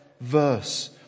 verse